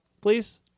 please